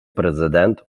президент